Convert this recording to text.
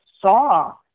saw